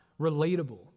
relatable